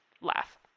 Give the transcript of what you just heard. laugh